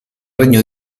regno